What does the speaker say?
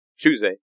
Tuesday